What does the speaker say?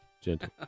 Gentle